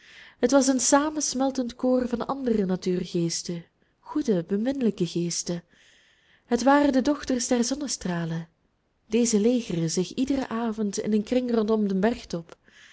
het was een samensmeltend koor van andere natuurgeesten goede beminlijke geesten het waren de dochters der zonnestralen deze legeren zich iederen avond in een kring rondom den bergtop